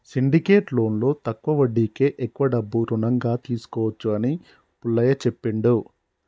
syndicate లోన్లో తక్కువ వడ్డీకే ఎక్కువ డబ్బు రుణంగా తీసుకోవచ్చు అని పుల్లయ్య చెప్పిండు